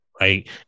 Right